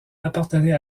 appartenait